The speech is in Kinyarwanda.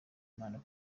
imana